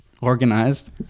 organized